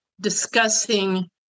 discussing